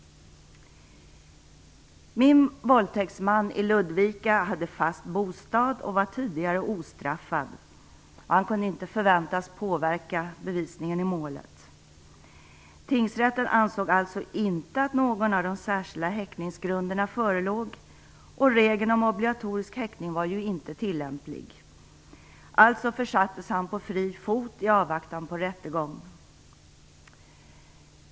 Min våldtäktsman i Ludvika hade fast bostad och var tidigare ostraffad. Han kunde inte förväntas påverka bevisningen i målet. Tingsrätten ansåg alltså inte att någon av de särskilda häktningsgrunderna förelåg. Och regeln om obligatorisk häktning var ju inte tillämplig. Han försattes alltså på fri fot i avvaktan på rättegång.